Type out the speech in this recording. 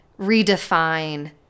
redefine